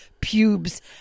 pubes